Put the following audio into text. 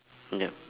ya